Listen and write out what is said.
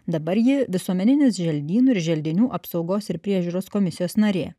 dabar ji visuomeninis želdynų ir želdinių apsaugos ir priežiūros komisijos narė